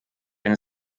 eine